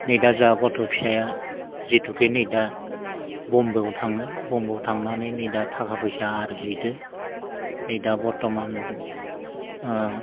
नै दा जाहा गथ' फिसाया जिहेतुके नै दा बम्बाइआव थाङो बम्बाइआव थांनानै नै दा थाखा फैसा आरजिहैदो नै दा बर्थमान